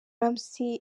ramsey